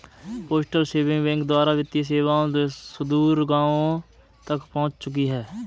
postal saving bank द्वारा वित्तीय सेवाएं सुदूर गाँवों तक पहुंच चुकी हैं